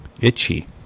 Itchy